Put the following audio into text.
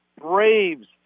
Braves